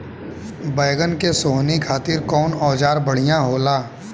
बैगन के सोहनी खातिर कौन औजार बढ़िया होला?